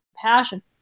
compassion